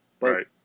Right